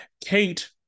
Kate